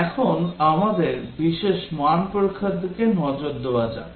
এখন আমাদের বিশেষ মান পরীক্ষার দিকে নজর দেওয়া যাক